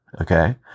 Okay